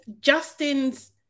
Justin's